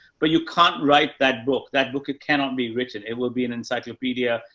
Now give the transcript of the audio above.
but you can't write that book. that book cannot be written. it will be an encyclopedia,